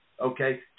Okay